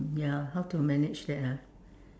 ya how to manage that ah